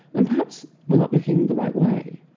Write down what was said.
and perhaps we're not looking the right way.